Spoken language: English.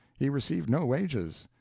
he received no wages.